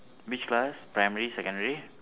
which class primary secondary